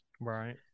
Right